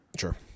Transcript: Sure